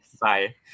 Bye